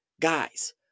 guys